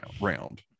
round